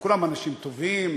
כולם אנשים טובים.